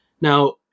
Now